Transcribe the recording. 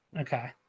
okay